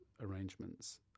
arrangements